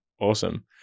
awesome